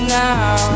now